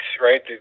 right